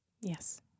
Yes